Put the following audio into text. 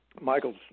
Michael's